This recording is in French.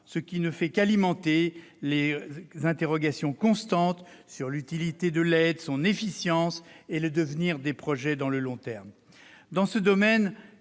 ce qui ne fait qu'alimenter de constantes interrogations sur l'utilité de l'aide, son efficience et le devenir des projets dans le long terme. Dans ce domaine,